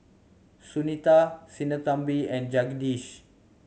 Sunita Sinnathamby and Jagadish